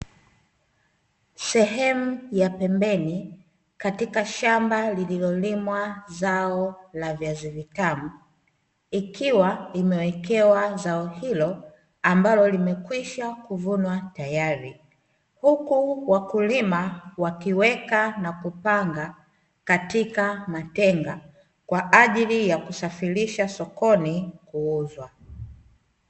Sehemu ya pembeni katika shamba lililolimwa zao la viazi vitamu ikiwa imewekewa zao hilo ambalo limekwisha kuvunwa tayari, huku wakulima wakiweka na kupanga katika matenga kwa ajili ya kusafirisha sokoni kuuzwa.